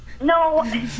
No